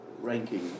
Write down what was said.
ranking